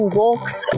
walks